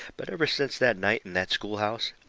but ever since that night in that schoolhouse,